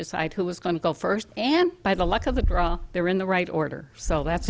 decide who was going to go first and by the luck of the draw they're in the right order so that